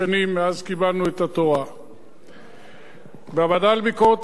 בוועדה לביקורת המדינה עסקנו בדיון ארוך